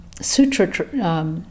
sutra